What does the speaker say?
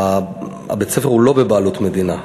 שבית-הספר הוא לא בבעלות מדינה,